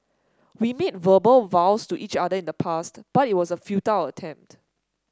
we made verbal vows to each other in the past but it was a futile attempt